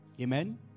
Amen